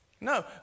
No